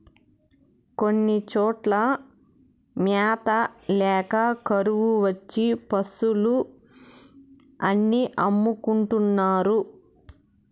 కొన్ని చోట్ల మ్యాత ల్యాక కరువు వచ్చి పశులు అన్ని అమ్ముకుంటున్నారు